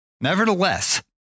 Nevertheless